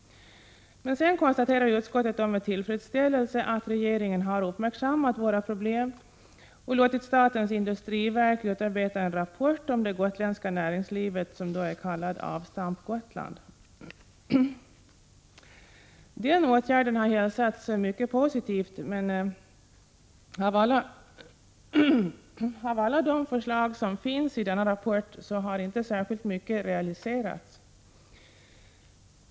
Men därefter konstaterar utskottet med tillfredsställelse 22 maj 1987 att regeringen har uppmärksammat dessa problem och låtit statens industriverk utarbeta en rapport om det gotländska näringslivet som är kallad Avstamp Gotland. Den åtgärden har mottagits mycket positivt, men av alla de förslag som finns i denna rapport har inte särskilt mycket realiserats.